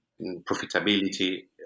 profitability